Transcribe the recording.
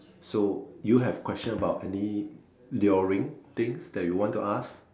so you have question about any luring things that you want to ask